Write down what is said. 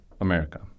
America